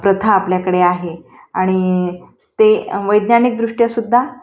प्रथा आपल्याकडे आहे आणि ते वैज्ञानिक दृष्ट्यासुद्धा